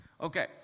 Okay